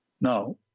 Now